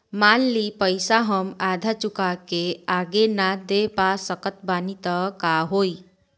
मान ली पईसा हम आधा चुका के आगे न दे पा सकत बानी त का होई?